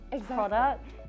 product